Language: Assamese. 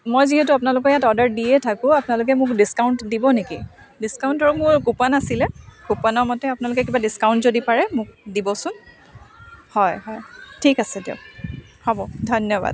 মই যিহেতু আপোনালোকৰ ইয়াত অৰ্ডাৰ দিয়ে থাকোঁ আপোনালোকে মোক ডিছকাউণ্ট দিব নেকি ডিছকাউণ্টৰ মোৰ কুপণ আছিলে কুপণৰ মতে আপোনালোকে কিবা ডিছকাউণ্ট যদি পাৰে মোক দিবচোন হয় হয় ঠিক আছে দিয়ক হ'ব ধন্যবাদ